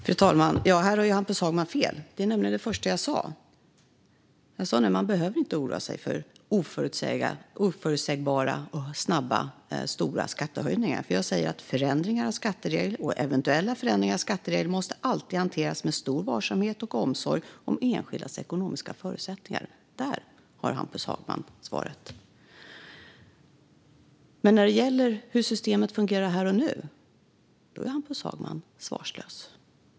Fru talman! Här har ju Hampus Hagman fel. Det var nämligen det första jag sa: Nej, man behöver inte oroa sig för oförutsägbara och snabba skattehöjningar. Jag säger att förändringar av skatteregler och eventuella förändringar av skatteregler alltid måste hanteras med stor varsamhet och omsorg om enskildas ekonomiska förutsättningar. Där har Hampus Hagman svaret. Men när det gäller hur systemet fungerar här och nu är Hampus Hagman svarslös.